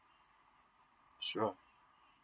sure